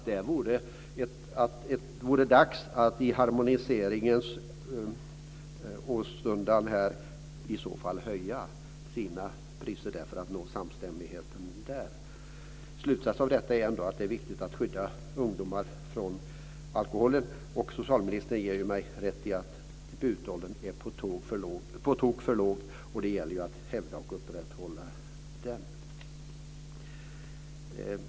Det vore dags att de övriga länderna i den harmoniseringsiver som förekommer kunde höja sina priser. Slutsatsen är ändå att det är viktigt att skydda ungdomar från alkoholen. Socialministern ger mig rätt i att debutåldern är på tok för låg och att det gäller att höja den.